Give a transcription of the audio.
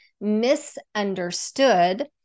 misunderstood